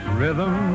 rhythm